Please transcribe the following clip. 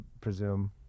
presume